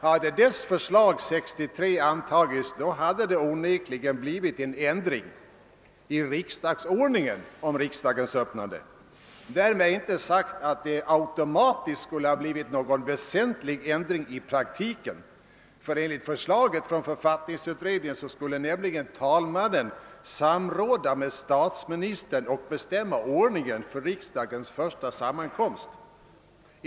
Hade dess förslag 1963 antagits hade det onekligen blivit en ändring i riksdagsordningen om riksdagens öppnande. Därmed inte sagt att det automatiskt skulle ha blivit någon väsentlig ändring i praktiken. Enligt — författningsutredningens förslag skulle nämligen talmannen samråda med statsministern och bestämma ordningen för riksdagens första sammankomst.